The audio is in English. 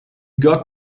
got